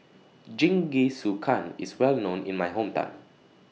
Jingisukan IS Well known in My Hometown